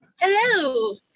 Hello